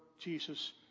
Jesus